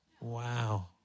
Wow